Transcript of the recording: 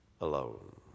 alone